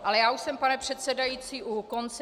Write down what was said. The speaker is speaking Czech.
Ale já už jsem, pane předsedající, u konce.